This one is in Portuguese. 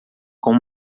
com